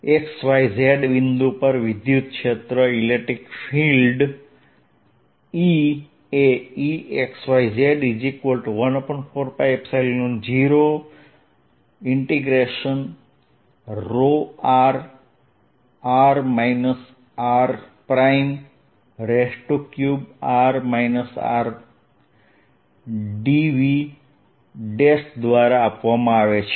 x y z બિંદુ પર વિદ્યુતક્ષેત્ર E એ Exyz 14π0 ∫ρr r3r r dv'દ્વારા આપવામાં આવે છે